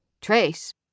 Trace